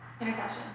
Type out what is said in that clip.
Intercession